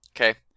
Okay